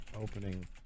Opening